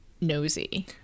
nosy